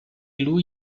lui